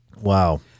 wow